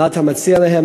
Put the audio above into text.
מה אתה מציע להן?